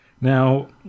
now